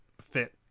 fit